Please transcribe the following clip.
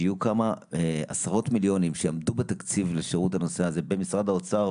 שיהיו כמה עשרות מיליונים שיעמדו בתקציב לשירות הנושא הזה במשרד האוצר.